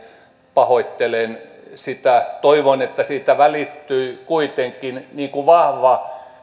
pahoittelen sitä toivon että siitä välittyi kuitenkin vahva